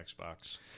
Xbox